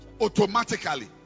automatically